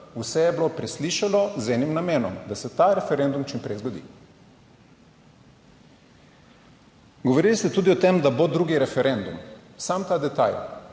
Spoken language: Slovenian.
vse je bilo preslišano z enim namenom, da se ta referendum čim prej zgodi. Govorili ste tudi o tem, da bo drugi referendum samo ta detajl.